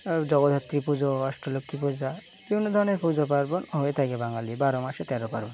জগদ্ধাত্রী পুজো অষ্টলক্ষ্মী পূজা বিভিন্ন ধরনের পুজো পার্বণ একে বাঙালি বারো মাসে তেরো পার্বণ